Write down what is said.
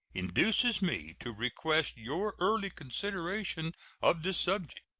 induces me to request your early consideration of this subject.